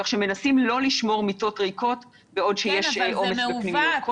כך שמנסים לא לשמור מיטות ריקות בעוד שיש עומס בפנימיות.